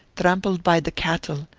trampled by the cattle,